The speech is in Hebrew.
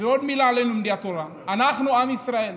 ועוד מילה על לומדי התורה: אנחנו עם ישראל.